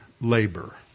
labor